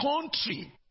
country